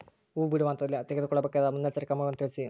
ಹೂ ಬಿಡುವ ಹಂತದಲ್ಲಿ ತೆಗೆದುಕೊಳ್ಳಬೇಕಾದ ಮುನ್ನೆಚ್ಚರಿಕೆಗಳನ್ನು ತಿಳಿಸಿ?